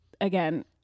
again